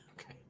okay